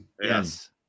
Yes